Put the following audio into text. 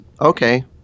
okay